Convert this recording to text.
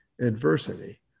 Adversity